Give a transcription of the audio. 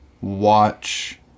watch